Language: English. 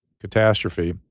catastrophe